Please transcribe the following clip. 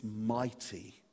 mighty